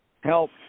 help